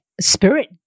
spirit